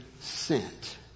sent